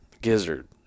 gizzard